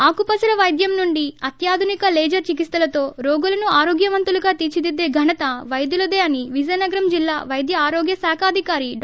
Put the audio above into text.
ఆకుపసర వైద్యం నుండి అత్యాధునిక లేజర్ చికిత్పలతో రోగులను ఆరోగ్యవంతులుగా తీర్చిదిద్దే ఘనత పైద్యులదే అని విజయనగరం జిల్లా పైద్య ఆరోగ్య శాఖాధికారి డా